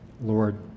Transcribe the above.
lord